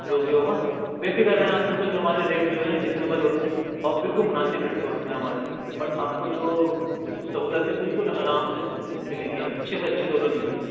جو بھی ہوگا بےفکر رہیں آپ بالکل ہمارے ریٹ جو ہیں ریزینبل ہوتے ہیں اور بالکل مناسب ریٹ ہوتے ہیں ہمارے اور آپ کو جو سہولتیں بالکل آرام سے ملے گی اچھی سے اچھی سہولت ملے گی آپ کو